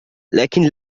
لكن